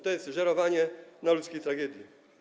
To jest żerowanie na ludzkiej tragedii.